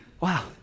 Wow